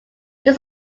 this